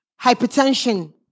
hypertension